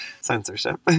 censorship